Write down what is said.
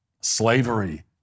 slavery